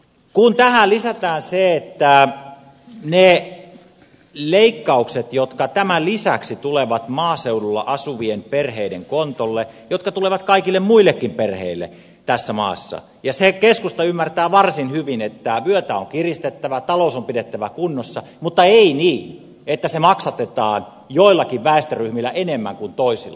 kun tähän lisätään ne leikkaukset jotka tämän lisäksi tulevat maaseudulla asuvien perheiden kontolle jotka tulevat kaikille muillekin perheille tässä maassa sen keskusta ymmärtää varsin hyvin että vyötä on kiristettävä talous on pidettävä kunnossa mutta ei niin että se maksatetaan joillakin väestöryhmillä enemmän kuin toisilla